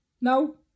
No